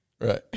right